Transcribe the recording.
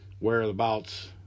whereabouts